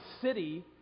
city